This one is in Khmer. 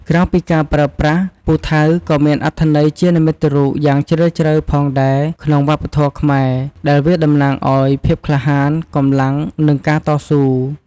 ក្រៅពីការប្រើប្រាស់ ពូថៅក៏មានអត្ថន័យជានិមិត្តរូបយ៉ាងជ្រាលជ្រៅផងដែរក្នុងវប្បធម៌ខ្មែរ ដែលវាតំណាងអោយ ភាពក្លាហាន កម្លាំង និង ការតស៊ូ ។